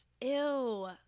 Ew